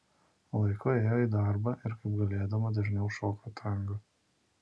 laiku ėjo į darbą ir kaip galėdama dažniau šoko tango